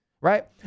right